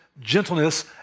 gentleness